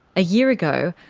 a year ago,